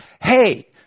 Hey